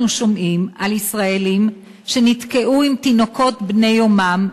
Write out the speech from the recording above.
שומעים על ישראלים שנתקעו עם תינוקות בני יומם,